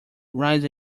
rise